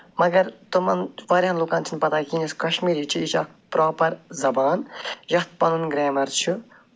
مَگر تِمَن واریاہَن لُکَن چھِنہٕ پَتَہ کِہیٖنۍ یۄس کَشمیٖری چھِ یہِ چھِ اکھ پرٛاپَر زَبان یَتھ پَنُن گرٛیمَر چھِ